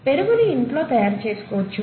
పెరుగుని ఇంట్లో తయారు చేసుకోవచ్చు